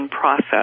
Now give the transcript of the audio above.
process